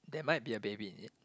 there might be a baby in it